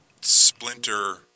splinter